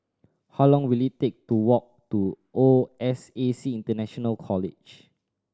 how long will it take to walk to O S A C International College